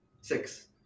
Six